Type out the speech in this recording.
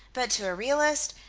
but to a realist,